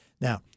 Now